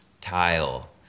tile